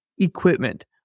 Equipment